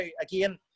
again